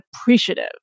appreciative